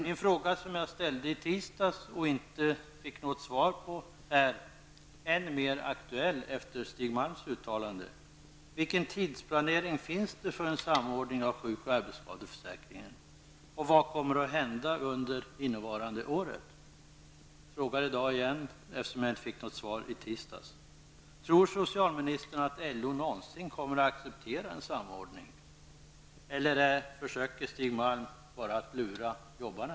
Den fråga som jag ställde i tisdags och inte fick något svar på har blivit än mer aktuell efter Stig Malms uttalande: Vilken tidsplanering finns det för en samordning av sjuk och arbetsskadeförsäkringen? Vad kommer att hända under det innevarande året? Jag frågar i dag igen, eftersom jag inte fick något svar i tisdags. Tror socialministern att LO någonsin kommer att acceptera en samordning? Försöker Stig Malm möjligen bara att lura jobbarna?